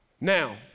Now